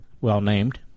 well-named